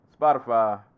Spotify